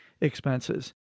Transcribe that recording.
expenses